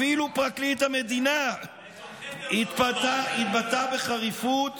אפילו פרקליט המדינה התבטא בחריפות